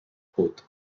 put